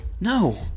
No